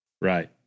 Right